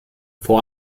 vor